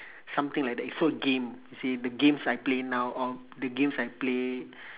something like that is all game you see the games I play now or the games I play